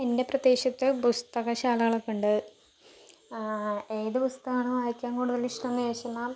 എൻ്റെ പ്രദേശത്ത് പുസ്തക ശാലകളൊക്കെ ഉണ്ട് ഏത് പുസ്തകമാണ് വായിക്കാൻ കൂടുതലിഷ്ടം എന്ന് ചോദിച്ചെന്നാൽ